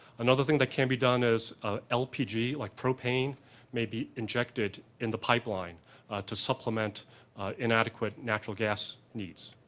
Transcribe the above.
another thing that can be done is ah lpg, like propane may be injected in the pipeline to supplement inadequate natural gas needs,